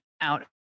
out